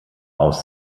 aus